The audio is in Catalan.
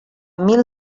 mil